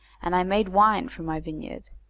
and i made wine from my vineyard.